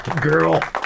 girl